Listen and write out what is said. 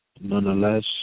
Nonetheless